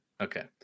Okay